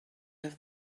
have